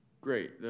Great